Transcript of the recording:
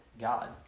God